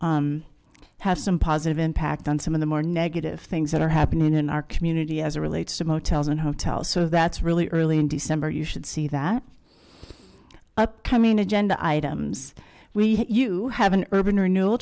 have some positive impact on some of the more negative things that are happening in our community as a relates to motels and hotels so that's really early in december you should see that upcoming agenda items we hit you have an urban renewal